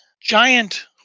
giant